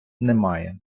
немає